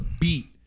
beat